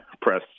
press